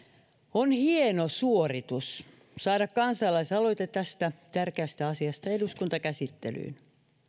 on hieno suoritus saada kansalaisaloite tästä tärkeästä asiasta eduskuntakäsittelyyn